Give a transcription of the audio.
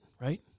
right